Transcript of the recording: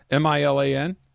Milan